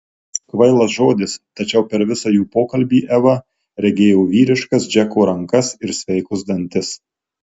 kvailas žodis tačiau per visą jų pokalbį eva regėjo vyriškas džeko rankas ir sveikus dantis